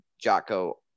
Jocko